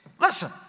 listen